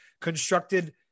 constructed